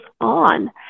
on